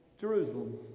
Jerusalem